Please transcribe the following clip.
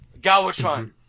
Galvatron